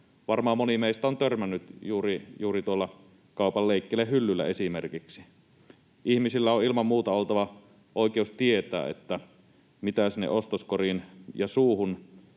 varmaan moni meistä on törmännyt juuri tuolla kaupan leikkelehyllyllä esimerkiksi. Ihmisillä on ilman muuta oltava oikeus tietää, mitä sinne ostoskoriin ja suuhun